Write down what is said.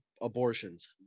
abortions